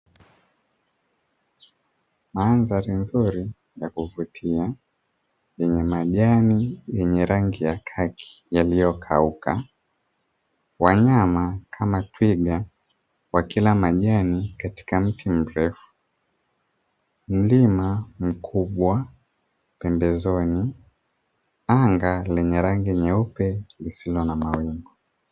Mandhari nzuri ya kuvutia yenye majani yenye rangi ya kaki yaliyokauka, wanyama kama twiga wakila majani katika mti mrefu, mlima mkubwa pembezoni, anga lenye rangi nyeupe lisilo na mawingu.